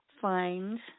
find